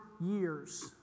years